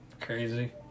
crazy